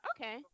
Okay